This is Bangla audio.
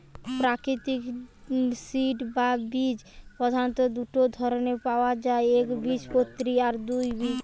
প্রাকৃতিক সিড বা বীজ প্রধাণত দুটো ধরণের পায়া যায় একবীজপত্রী আর দুই